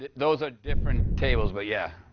those are different tables, but yeah.